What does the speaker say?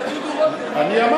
את זה דודו רותם אמר.